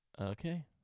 Okay